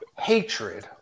hatred